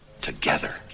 together